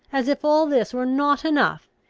as if all this were not enough,